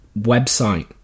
website